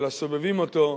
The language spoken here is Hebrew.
של הסובבים אותו.